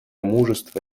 мужество